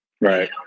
Right